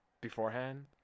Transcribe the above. beforehand